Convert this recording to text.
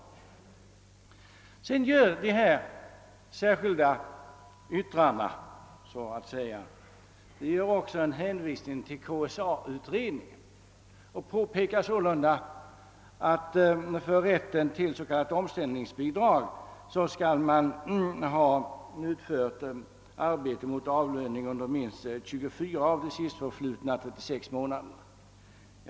I det särskilda yttrandet hänvisar man också till KSA-utredningen och påpekar att det för rätt till s.k. omställningsbidrag krävs att vederbörande har utfört arbete mot avlöning under minst 24 av de sistförflutna 36 månaderna.